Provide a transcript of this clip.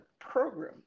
program